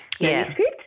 manuscript